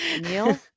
Neil